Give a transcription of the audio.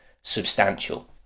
substantial